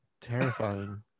terrifying